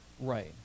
Right